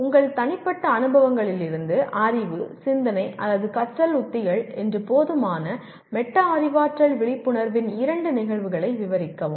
உங்கள் தனிப்பட்ட அனுபவங்களிலிருந்து அறிவு சிந்தனை அல்லது கற்றல் உத்திகள் என்று போதுமான மெட்டா அறிவாற்றல் விழிப்புணர்வின் இரண்டு நிகழ்வுகளை விவரிக்கவும்